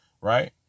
right